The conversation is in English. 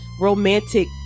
romantic